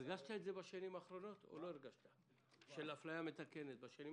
הרגשת את זה בשנים האחרונות, אפליה מתקנת?